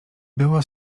było